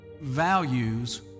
Values